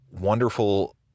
wonderful